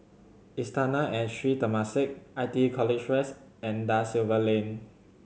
Istana and Sri Temasek I T E College West and Da Silva Lane